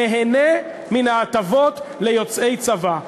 הוא נהנה מן ההטבות ליוצאי צבא.